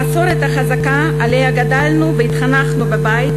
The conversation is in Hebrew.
המסורת החזקה שעליה גדלנו והתחנכנו בבית